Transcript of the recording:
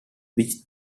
which